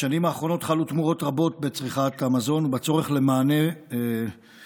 בשנים האחרונות חלו תמורות רבות בצריכת המזון ובצורך למענה בריא,